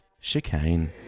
Chicane